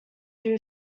two